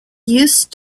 used